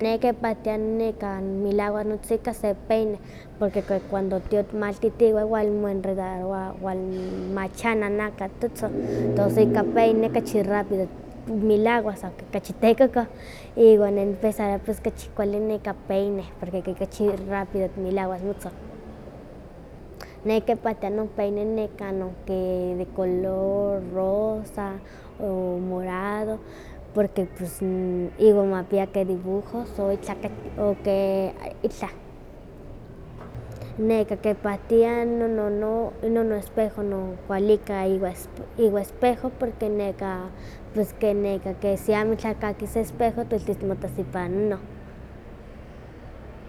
Ne kipktia nmelawa notzikas se peine, porque cuando tio timaltiti moenredarowa wal machana naka totzon tos ika peina kachi rapido milawa san kachi tekokoh, iwa ne nipesarowa kachi kuali neka peine, porque kachi rapido timelawas motzon. Ne kimaktia no peine de color rosa o morado porque pus iwan makpia ke dibujos, o itlah ke, itlah. Neka kipaktia nonono nonoespejo kiwalika iwa espejo, porque si amo tla akis espejo weltis timotas ipa inon.